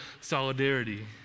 solidarity